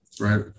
right